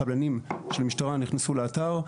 חבלנים של המשטרה נכנסו לאתר,